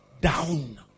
down